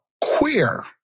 queer